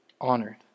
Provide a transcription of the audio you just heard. honored